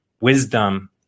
Wisdom